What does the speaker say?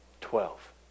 Twelve